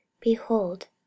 behold